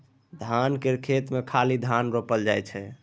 धान केर खेत मे खाली धान रोपल जाइ छै